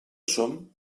som